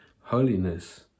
holiness